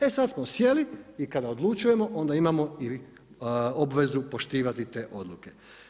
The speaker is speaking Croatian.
E sada smo sjeli i kada odlučujemo onda imamo i obvezu poštivati te odluke.